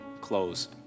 close